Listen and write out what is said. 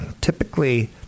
Typically